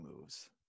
moves